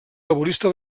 laborista